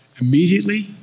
immediately